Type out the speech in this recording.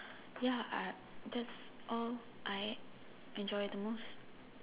ya I that's all I enjoy the most